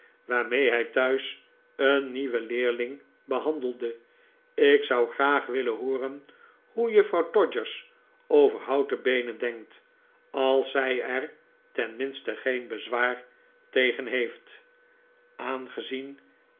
waarmee hij thuis een nieuwen leerling behandelde ik zou graag willen hooren hoe juffrouw todgers over houten beenen denkt als zij er tenminste geen bezwaar tegen heeft aangezien